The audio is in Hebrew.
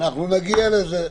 וניגע בזה.